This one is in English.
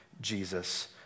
Jesus